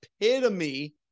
epitome